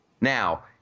Now